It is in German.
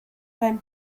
beim